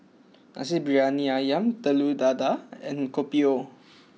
Nasi Briyani Ayam Telur Dadah and Kopi O